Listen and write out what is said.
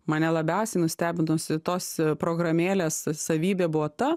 mane labiausiai nustebinusi tos programėlės savybė buvo ta